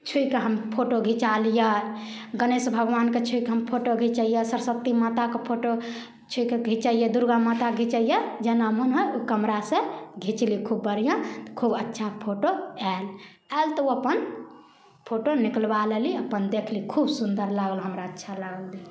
छुइके हम फोटो घिचा लिए गणेश भगवानके छुइकऽ हम फोटो घिचैए सरस्वती माताके फोटो छुइकऽ घिचैए दुर्गा माता घिचैए जेना मोन होइ ओ कैमरा से घिचली खूब बढ़िआँ तऽ खूब अच्छा फोटो आएल आएल तऽ ओ अपन फोटो निकलबा लेली अपन देखली खूब सुन्दर लागल हमरा अच्छा लागल देखैमे